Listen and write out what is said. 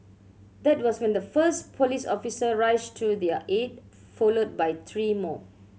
that was when the first police officer rushed to their aid followed by three more